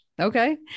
Okay